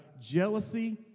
jealousy